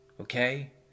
okay